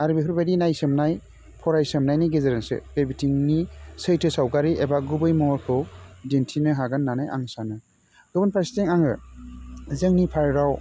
आरो बेफोर बायदि नायसोमनाय फरायसोमनायनि गेजेरजोंसो बे बिथिंनि सैथो सावगारि एबा गुबै महरखौ दिन्थिनो हागोन होननानै आं सानो गुबुन फारसेथिं आङो जोंनि पार्कआव